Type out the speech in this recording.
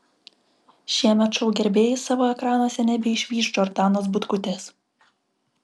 šiemet šou gerbėjai savo ekranuose nebeišvys džordanos butkutės